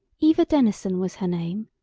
eva denison was her name,